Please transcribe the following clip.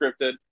scripted